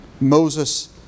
Moses